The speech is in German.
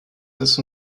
das